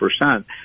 percent